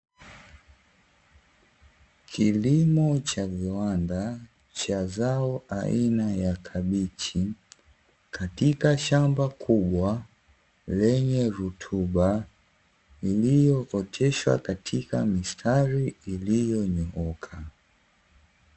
Kilimo cha viwanda cha zao aina ya kabichi, katika shamba kubwa lenye rutuba, iliyooteshwa katika mistari iliyonyooka.